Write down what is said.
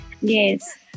Yes